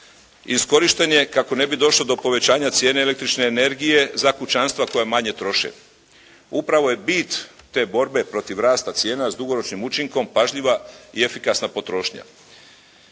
iskorišten je kako ne bi došlo do povećanja cijene električne energije za kućanstva koja manje troše. Upravo je bit te borbe protiv rasta cijena s dugoročnim učinkom pažljiva i efikasna potrošnja.